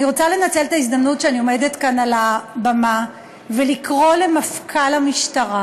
אני רוצה לנצל את ההזדמנות שאני עומדת כאן על הבמה ולקרוא למפכ"ל המשטרה